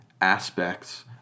aspects